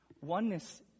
Oneness